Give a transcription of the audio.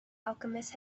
alchemist